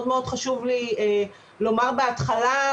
מאוד מאוד חשוב לי לומר בהתחלה,